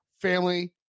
family